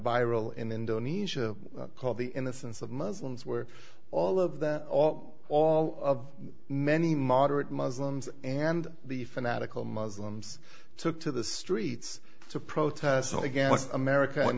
viral in indonesia called the innocence of muslims where all of that all of many moderate muslims and the fanatical muslims took to the streets to protest against america and